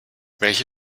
welche